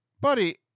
buddy